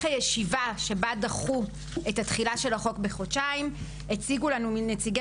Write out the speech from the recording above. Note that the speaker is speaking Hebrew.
הישיבה שבה דחו את תחילת החוק בחודשיים הציגו לנו נציגי